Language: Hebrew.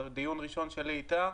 זה דיון ראשון שלי איתה.